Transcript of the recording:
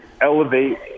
elevate